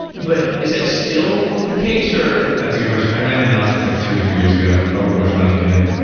but is that still the case or that's a good question. i ran the analysis like two or three years ago. probably worth running again.